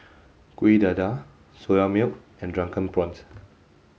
Kueh Dadar Soya Milk and drunken prawns